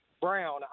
Brown